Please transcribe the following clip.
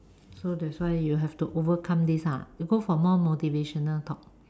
so that's why you have to overcome this lah go for more motivational talk